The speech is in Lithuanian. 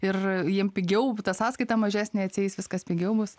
ir jiem pigiau ta sąskaita mažesnė atsieis viskas pigiau bus